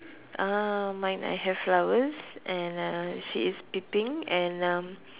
uh mine I have flowers and uh she is peeping and um